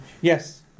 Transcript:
Yes